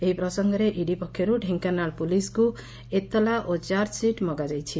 ଏହି ପ୍ରସଙ୍ଗରେ ଇଡି ପକ୍ଷରୁ ଢେଙ୍କାନାଳ ପୁଲିସ୍କୁ ଏତଲା ଓ ଚାର୍ଜସିଟ୍ ମଗାଯାଇଛି